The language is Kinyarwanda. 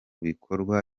bikorwa